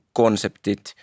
konseptit